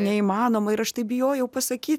neįmanoma ir aš taip bijojau pasakyt